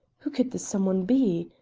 who could this some one be?